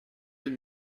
deux